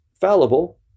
fallible